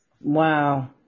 Wow